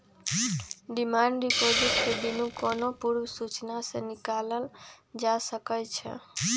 demand deposit के बिनु कोनो पूर्व सूचना के निकालल जा सकइ छै